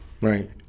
Right